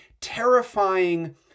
terrifying